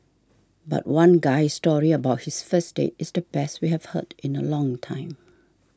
but one guy's story about his first date is the best we have heard in a long time